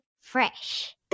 Fresh